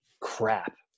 crap